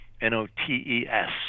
N-O-T-E-S